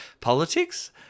politics